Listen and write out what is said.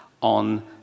on